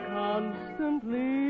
constantly